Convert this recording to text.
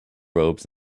robes